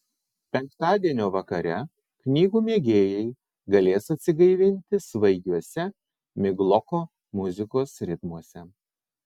penktadienio vakare knygų mėgėjai galės atsigaivinti svaigiuose migloko muzikos ritmuose